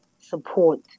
support